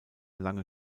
lange